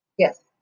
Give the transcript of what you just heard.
Yes